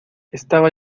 estaba